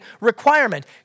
requirement